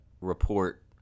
report